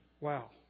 Wow